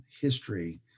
history